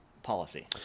Policy